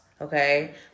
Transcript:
okay